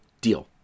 Deal